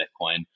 Bitcoin